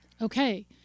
Okay